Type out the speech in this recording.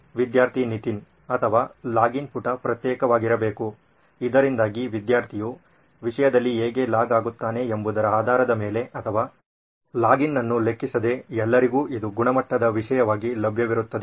ವಿದ್ಯಾರ್ಥಿ ನಿತಿನ್ ಅಥವಾ ಲಾಗಿನ್ ಪುಟ ಪ್ರತ್ಯೇಕವಾಗಿರಬೇಕು ಇದರಿಂದಾಗಿ ವಿದ್ಯಾರ್ಥಿಯು ವಿಷಯದಲ್ಲಿ ಹೇಗೆ ಲಾಗ್ ಆಗುತ್ತಾನೆ ಎಂಬುದರ ಆಧಾರದ ಮೇಲೆ ಅಥವಾ ಲಾಗಿನ್ ಅನ್ನು ಲೆಕ್ಕಿಸದೆ ಎಲ್ಲರಿಗೂ ಇದು ಗುಣಮಟ್ಟದ ವಿಷಯವಾಗಿ ಲಭ್ಯವಿರುತ್ತದೆ